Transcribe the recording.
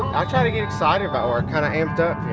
i try to get excited about work, kind of amped up,